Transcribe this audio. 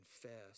confess